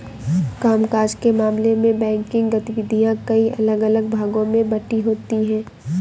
काम काज के मामले में बैंकिंग गतिविधियां कई अलग अलग भागों में बंटी होती हैं